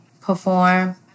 perform